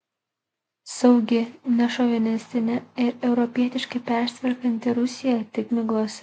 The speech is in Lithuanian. saugi nešovinistinė ir europietiškai persitvarkanti rusija tik miglose